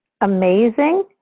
amazing